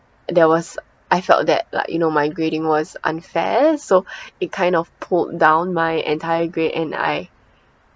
there was I felt that like you know my grading was unfair so it kind of pulled down my entire grade and I